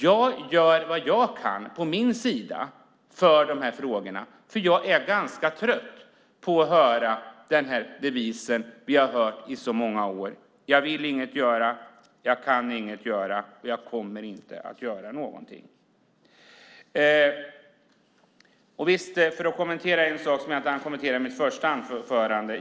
Jag gör vad jag kan på min sida för dessa frågor eftersom jag är ganska trött på att höra den devis som vi har hört i så många år: Jag vill inget göra, jag kan inget göra och jag kommer inte att göra någonting. Jag ska kommentera en sak som jag inte hann kommentera i mitt första anförande.